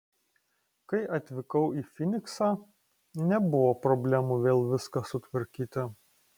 kai atvykau į fyniksą nebuvo problemų vėl viską sutvarkyti